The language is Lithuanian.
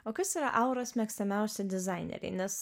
o kas yra auros mėgstamiausi dizaineriai nes